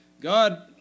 God